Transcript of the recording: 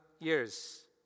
years